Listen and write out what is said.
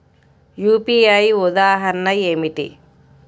UPI ఉదాహరణ ఏమిటి?